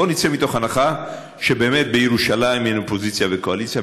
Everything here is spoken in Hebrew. בוא נצא מתוך הנחה שבאמת בירושלים אין אופוזיציה וקואליציה,